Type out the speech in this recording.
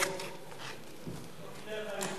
כולל התיקונים.